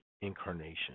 Incarnation